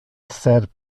esser